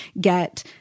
get